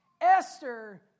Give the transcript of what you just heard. Esther